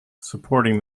supporting